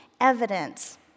evidence